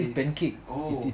oh